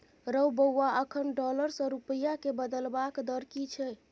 रौ बौआ अखन डॉलर सँ रूपिया केँ बदलबाक दर की छै?